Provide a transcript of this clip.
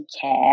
care